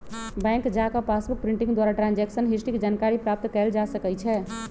bank जा कऽ passbook printing द्वारा ट्रांजैक्शन हिस्ट्री के जानकारी प्राप्त कएल जा सकइ छै